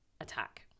attack